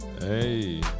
Hey